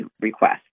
request